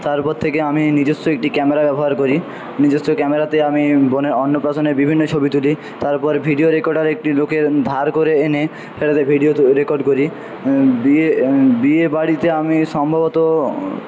তারপর থেকে আমি নিজস্ব একটি ক্যামেরা ব্যবহার করি নিজস্ব ক্যামেরাতে আমি বোনের অন্নপ্রাশনে বিভিন্ন ছবি তুলি তারপর ভিডিও রেকর্ডার একটি লোকের ধার করে এনে ভিডিও রেকর্ড করি বিয়ে বিয়েবাড়িতে আমি সম্ভবত